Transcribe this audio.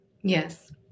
Yes